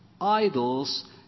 idols